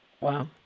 Wow